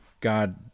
God